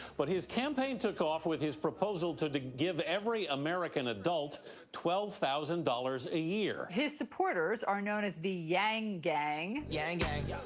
but his campaign took off with his proposal to give every american adult twelve thousand dollars a year. his supporters are known as the yang gang. yang gang, yeah